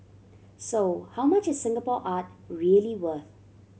so how much is Singapore art really worth